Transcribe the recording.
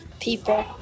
people